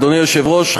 אדוני היושב-ראש,